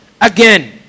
again